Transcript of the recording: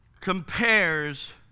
compares